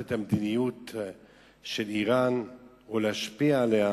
את המדיניות של אירן או להשפיע עליה.